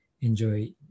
enjoy